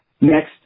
Next